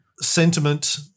sentiment